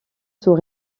sous